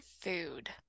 food